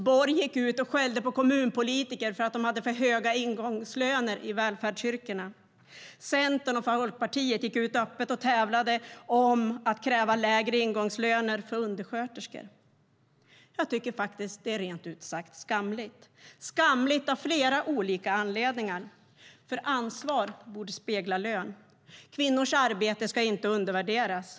Borg gick ut och skällde på kommunpolitiker för att de hade för höga ingångslöner i välfärdsyrkena. Centern och Folkpartiet gick ut öppet och tävlade om att kräva lägre ingångslöner för undersköterskor. Jag tycker faktiskt att det rent ut sagt är skamligt, av flera anledningar. Ansvar borde spegla lön. Kvinnors arbete ska inte undervärderas.